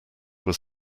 were